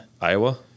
Iowa